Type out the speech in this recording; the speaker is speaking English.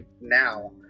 now